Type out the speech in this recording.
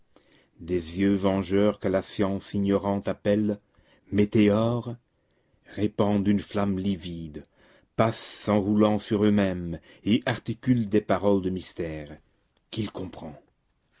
des yeux vengeurs que la science ignorante appelle météores répandent une flamme livide passent en roulant sur eux-mêmes et articulent des paroles de mystère qu'il comprend